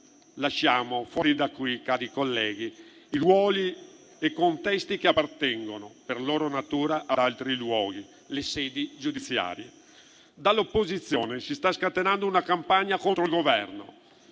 Lasciamo fuori da qui, cari colleghi, i ruoli e i contesti che appartengono, per loro natura, ad altri luoghi: le sedi giudiziarie. Dall'opposizione si sta scatenando una campagna contro il Governo,